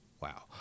Wow